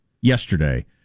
yesterday